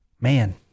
man